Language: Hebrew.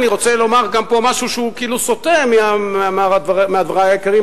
אני רוצה לומר גם פה משהו שהוא כאילו סוטה מדברי אבל